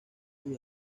sus